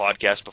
podcast